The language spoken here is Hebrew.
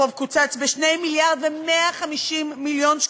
החוב קוצץ ב-2.15 מיליארד.